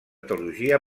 teologia